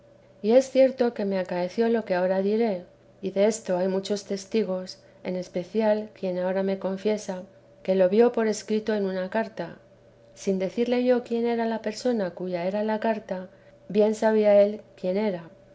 y es cierto que me acaeció lo que ahora diré y desto hay muchos testigos en especial quien ahora me confiesa que lo vio por escrito en una carta sin decirle yo quién era la persona cuya era la carta bien sabía él quién era